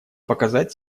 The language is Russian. показать